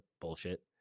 bullshit